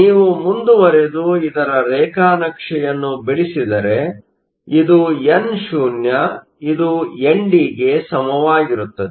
ನೀವು ಮುಂದುವರಿದು ಇದರ ರೇಖಾನಕ್ಷೆಯನ್ನು ಬಿಡಿಸಿದರೆ ಇದು n0 ಇದು ND ಗೆ ಸಮವಾಗಿರುತ್ತದೆ